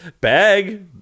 Bag